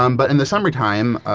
um but in the summertime,